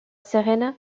serena